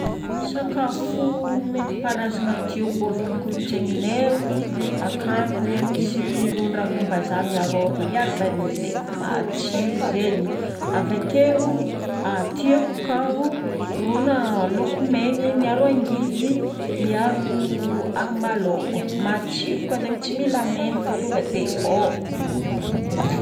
Sakafo nentim-paharazana tiako avy amin'ny kolontsainanay io, akagny zagny misy ron-dravin'ambazaha miharo ôr- miharo vanio zay. Matsiro zegny. Avakeo tiako kao rona laoko megny miharo angivy, miharo agnamalô. Matsiro koa zegny tsy mila menaka tonga dia ao.